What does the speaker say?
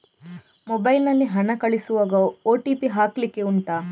mobile ನಲ್ಲಿ ಹಣ ಕಳಿಸುವಾಗ ಓ.ಟಿ.ಪಿ ಹಾಕ್ಲಿಕ್ಕೆ ಉಂಟಾ